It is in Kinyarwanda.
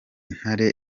ntare